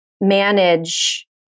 manage